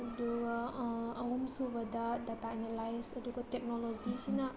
ꯑꯗꯨꯒ ꯑꯍꯨꯝꯁꯨꯕꯗ data analyse ꯑꯗꯨꯒ ꯇꯦꯛꯅꯣꯂꯣꯖꯤꯁꯤꯅ